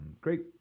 Great